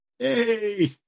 Hey